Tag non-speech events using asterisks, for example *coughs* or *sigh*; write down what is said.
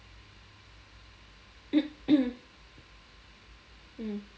*coughs* mm